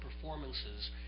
performances